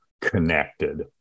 connected